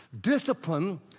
Discipline